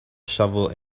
shovel